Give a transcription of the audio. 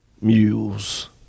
mules